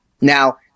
Now